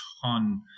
ton